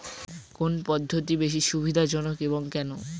কোন পদ্ধতি বেশি সুবিধাজনক এবং কেন?